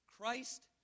Christ